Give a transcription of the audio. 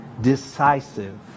decisive